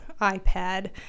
iPad